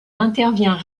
intervient